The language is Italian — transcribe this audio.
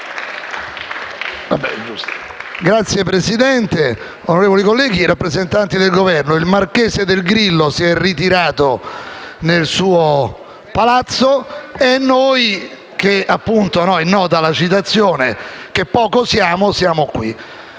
Signora Presidente, onorevoli colleghi, rappresentanti del Governo, il marchese del Grillo si è ritirato nel suo palazzo e noi - la citazione è nota - che poco siamo, siamo qui.